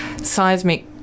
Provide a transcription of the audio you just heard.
seismic